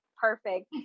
perfect